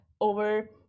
over